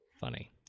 Funny